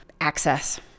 Access